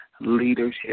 Leadership